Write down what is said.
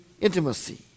intimacy